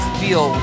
feel